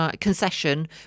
concession